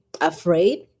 afraid